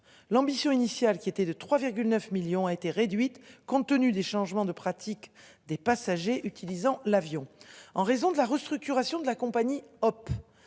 L'ambition initiale qui était de 3,9 millions a été réduite compte tenu des changements de pratiques des passagers utilisant l'avion en raison de la restructuration de la compagnie Hop